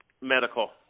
medical